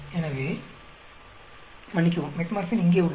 எனவே மன்னிக்கவும் மெட்ஃபோர்மின் இங்கே உள்ளது